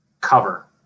cover